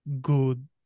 good